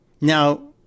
Now